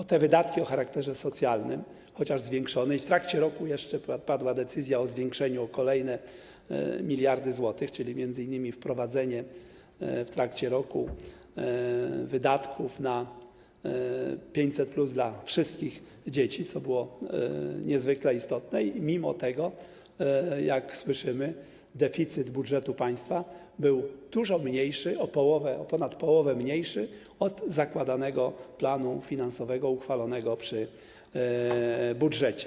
Chociaż wydatki o charakterze socjalnym zostały zwiększone i jeszcze w trakcie roku padła decyzja o zwiększeniu tego o kolejne miliardy złotych, czyli m.in. wprowadzono w trakcie roku wydatki na 500+ dla wszystkich dzieci - co było niezwykle istotne - to, jak słyszymy, deficyt budżetu państwa był dużo mniejszy, o ponad połowę mniejszy od zakładanego planu finansowego uchwalonego przy budżecie.